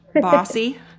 bossy